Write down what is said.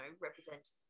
representatives